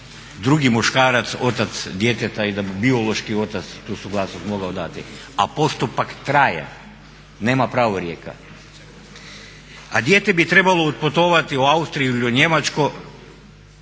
drugi muškarac otac djeteta i da bi biološki otac tu suglasnost mogao dati, a postupak traje, nema pravorijeka. A dijete bi trebalo otputovati u Austriju ili u Njemačku